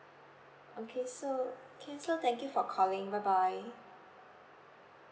okay so can so thank you for calling bye bye